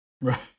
Right